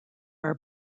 are